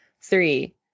Three